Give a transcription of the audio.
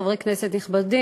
חברי כנסת נכבדים,